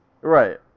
right